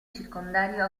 circondario